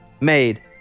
made